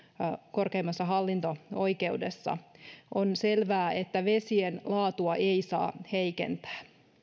korkeimmassa hallinto oikeudessa on selvää että vesien laatua ei saa heikentää